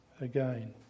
again